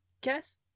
guess